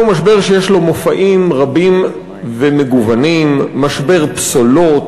זהו משבר שיש לו מופעים רבים ומגוונים: משבר פסולות,